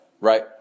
right